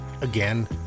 again